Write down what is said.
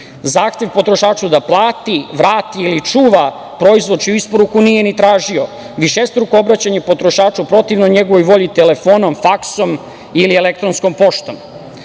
zahtev potrošaču da plati, vrati ili čuva proizvod čiju isporuku nije ni tražio, višestruko obraćanje potrošaču protivno njegovoj volji telefonom, faksom ili elektronskom poštom. Starije